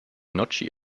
gnocchi